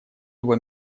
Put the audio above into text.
его